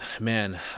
man